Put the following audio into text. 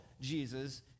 Jesus